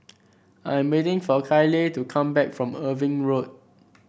I am waiting for Kyleigh to come back from Irving Road